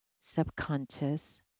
subconscious